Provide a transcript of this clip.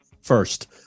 first